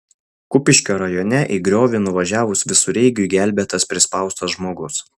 kupiškio rajone į griovį nuvažiavus visureigiui gelbėtas prispaustas žmogus